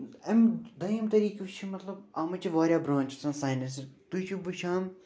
اَمہِ دٔیِم طریٖقہٕ یُس چھُ مطلب اَتھ منٛز چھِ واریاہ برٛانٛچ آسان ساینس تُہۍ چھِو وٕچھان